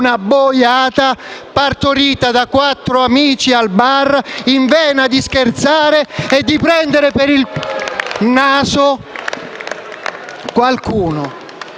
una boiata partorita da quattro amici al bar in vena di scherzare e prendere per il naso qualcuno.